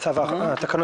הצו אושר.